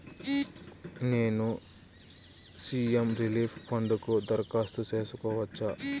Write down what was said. నేను CM relief fund కు దరఖాస్తు సేసుకోవచ్చా?